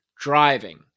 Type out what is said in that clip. Driving